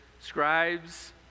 scribes